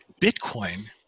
bitcoin